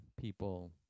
people